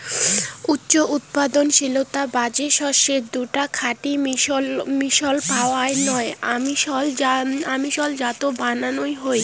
উচ্চ উৎপাদনশীলতার বাদে শস্যের দুইটা খাঁটি মিশলক পরায় নয়া অমিশাল জাত বানান হই